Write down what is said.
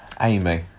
Amy